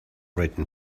written